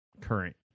current